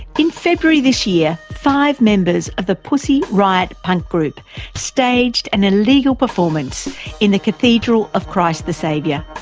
in february this year, five members of the pussy riot punk group staged an illegal performance in the cathedral of christ the saviour,